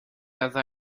other